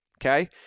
okay